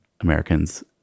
Americans